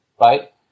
right